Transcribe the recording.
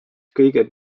kõige